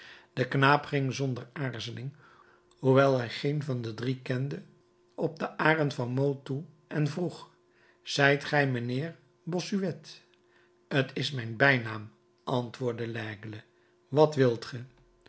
de knaap ging zonder aarzeling hoewel hij geen van de drie kende op den arend van meaux toe en vroeg zijt gij mijnheer bossuet t is mijn bijnaam antwoordde laigle wat wilt ge